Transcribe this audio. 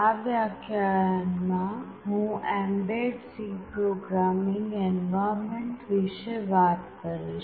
આ વ્યાખ્યાનમાં હું એમ્બેડ C પ્રોગ્રામિંગ એન્વાયર્મેન્ટ વિશે વાત કરીશ